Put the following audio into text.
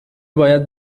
باید